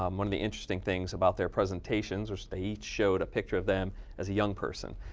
um one of the interesting things about their presentations, which they each showed a picture of them as a young person.